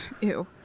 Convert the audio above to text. ew